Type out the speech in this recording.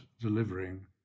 delivering